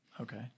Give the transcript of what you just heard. Okay